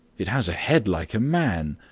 it has a head like a man,